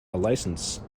licence